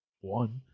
one